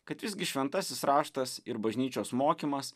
kad visgi šventasis raštas ir bažnyčios mokymas